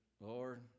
Lord